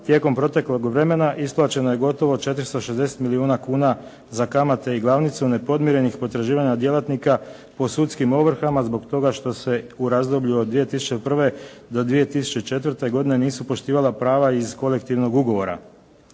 tijekom proteklog vremena isplaćeno je gotovo 460 milijuna kuna za kamate i glavnicu nepodmirenih potraživanja djelatnika po sudskim ovrhama zbog toga što se u razdoblju od 2001. do 2004. godine nisu poštivala prava iz kolektivnog ugovora.